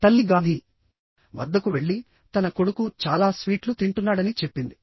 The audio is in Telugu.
తల్లి గాంధీ వద్దకు వెళ్లి తన కొడుకు చాలా స్వీట్లు తింటున్నాడని చెప్పింది